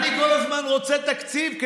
אני כל הזמן רוצה תקציב,